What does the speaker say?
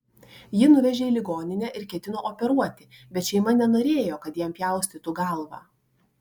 jį nuvežė į ligoninę ir ketino operuoti bet šeima nenorėjo kad jam pjaustytų galvą